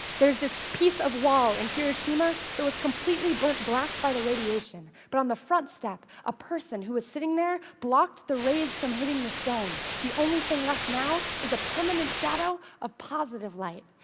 there's this piece of wall in hiroshima that was completely burnt black by the radiation. but on the front step, a person who was sitting there blocked the rays from hitting the stone. the only thing left now is a permanent shadow of positive light.